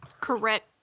correct